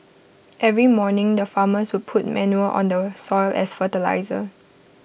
every morning the farmers would put manure on the soil as fertiliser